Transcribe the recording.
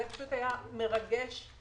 זה היה מרגש,